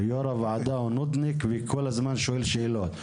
יושב ראש הוועדה הוא נודניק וכל הזמן שואל שאלות.